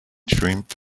schwimmt